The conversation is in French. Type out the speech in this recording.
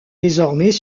désormais